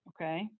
okay